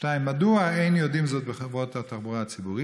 מדוע אין יודעים זאת בחברות התחבורה הציבורית?